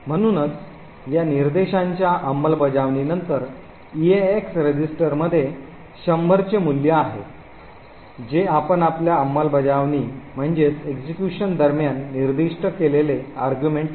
म्हणूनच या निर्देशांच्या अंमलबजावणीनंतर EAX रजिस्टरमध्ये 100 चे मूल्य आहे जे आपण आपल्या अंमलबजावणी दरम्यान निर्दिष्ट केलेले argument आहे